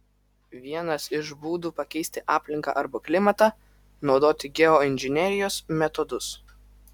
vienas iš būdų pakeisti aplinką arba klimatą naudoti geoinžinerijos metodus